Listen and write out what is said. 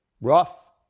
Rough